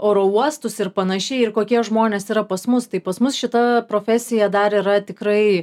oro uostus ir panašiai ir kokie žmonės yra pas mus tai pas mus šita profesija dar yra tikrai